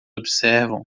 observam